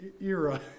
era